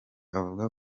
avuga